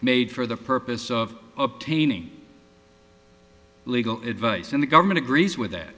made for the purpose of up taining legal advice and the government agrees with that